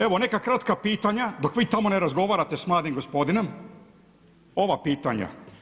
Evo neka kratka pitanja, dok vi tamo ne razgovarate sa mladim gospodinom ova pitanja.